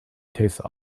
tastes